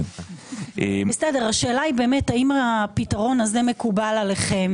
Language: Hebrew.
השאלה היא האם הפתרון הזה מקובל עליכם.